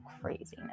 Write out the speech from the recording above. Craziness